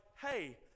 hey